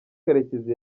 karekezi